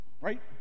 right